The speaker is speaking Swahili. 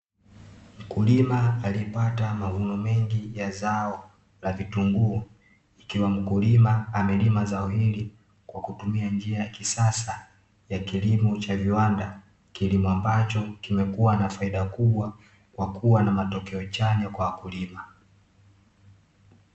Mkulima aliyepata mavuno mengi ya zao la vitunguu, ikiwa mkulima amelima zao hili kwa kutumia njia ya kisasa ya kilimo cha viwanda, kilimo ambacho kimekuwa na faida kubwa kwa kuwa na matokeo chanya kwa wakulima.